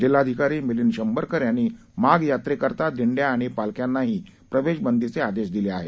जिल्हाधिकारी मिलिंद शंभरकर यांनी माघ यात्रे करता दिंड्या आणि पालख्यांनाही प्रवेशबंदीचे आदेश दिले आहेत